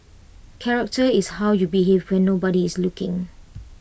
character is how you behave when nobody is looking